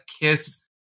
kiss